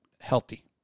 healthy